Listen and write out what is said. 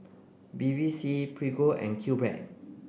Bevy C Prego and QBread